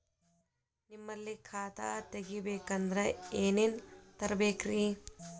ನಿಮ್ಮಲ್ಲಿ ಖಾತಾ ತೆಗಿಬೇಕಂದ್ರ ಏನೇನ ತರಬೇಕ್ರಿ?